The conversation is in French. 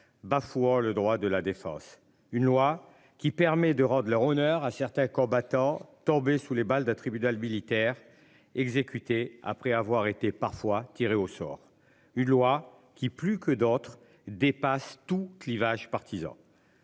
bafoue le droit de la défense. Une loi qui permet de rendre leur honneur à certains combattants tombés sous les balles d'un tribunal militaire exécutés après avoir été parfois tirés au sort une loi qui plus que d'autres dépasse tout clivage partisan.